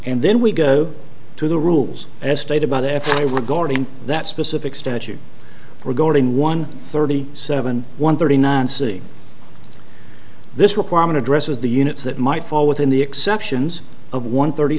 and then we go to the rules as stated by the f c c regarding that specific statute regarding one thirty seven one thirty nine city this requirement addresses the units that might fall within the exceptions of one thirty